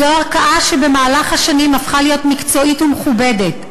זו ערכאה שבמהלך השנים הפכה להיות מקצועית ומכובדת.